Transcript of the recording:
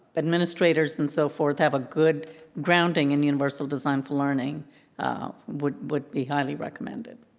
administrators and so forth have a good grounding in universal design for learning would would be highly recommended.